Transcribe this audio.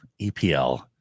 EPL